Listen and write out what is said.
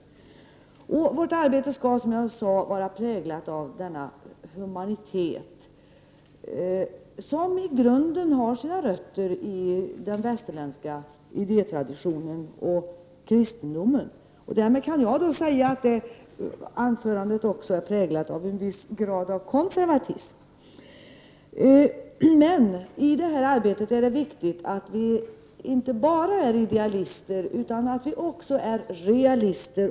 Vårt arbete skall, som jag tidigare sade, präglas av nämnda humanitet, som har sina rötter i den västerländska idétraditionen och i kristendomen. Således menar jag att statsrådets anförande också präglades av en viss konservatism. Det är viktigt att vi i det här arbetet inte bara är idealister utan också realister.